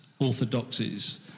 orthodoxies